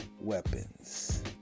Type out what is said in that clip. weapons